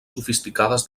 sofisticades